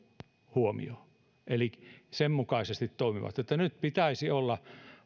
huomioon eli sen mukaisesti toimivat että nyt pitäisi olla